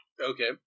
Okay